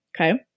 Okay